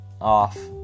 off